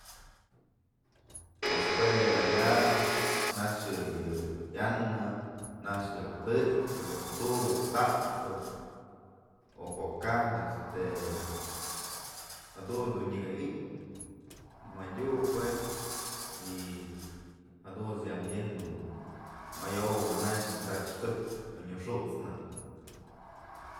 Pues jue da'a ya, naxë yë yanë, nax yok tëchkëyok tubë oyk taxpë o pë kaj este jadun dun nyëkë i'ityë madyu pues y jadunt's ya mëdyëk mayow manäx t'sachpëk onyëxut'snë.